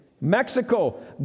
Mexico